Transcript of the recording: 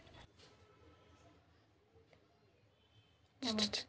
mutual fund ನಾಗ್ ರೊಕ್ಕಾ ಹಾಕುರ್ ಎಲ್ಲಾ ಕಡಿ ರೊಕ್ಕಾ ಹಾಕದಂಗ್ ಆತ್ತುದ್